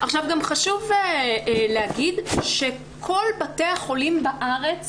חשוב להגיד שכל בתי החולים בארץ,